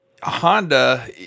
Honda